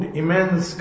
immense